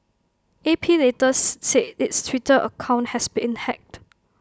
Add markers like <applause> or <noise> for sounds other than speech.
A P later <unintelligible> said its Twitter account has been hacked